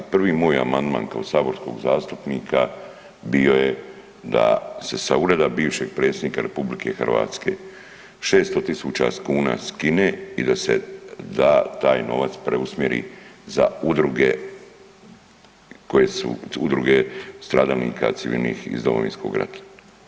Prvi moj amandman kao saborskog zastupnika bio je da se sa Ureda bivšeg predsjednika RH 600000 kuna skine i da se da taj novac, preusmjeri za udruge koje su, udruge stradalnika civilnih iz Domovinskog rata.